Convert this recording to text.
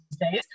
days